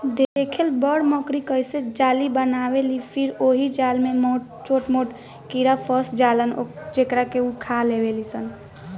देखेल बड़ मकड़ी कइसे जाली बनावेलि फिर ओहि जाल में छोट मोट कीड़ा फस जालन जेकरा उ खा लेवेलिसन